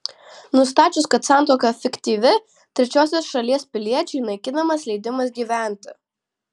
nustačius kad santuoka fiktyvi trečiosios šalies piliečiui naikinamas leidimas gyventi